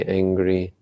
angry